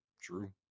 True